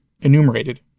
enumerated